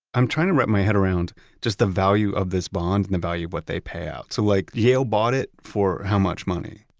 i'm trying to wrap my head around just the value of this bond and the value of what they payout. so like yale bought it for how much money?